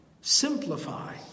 simplify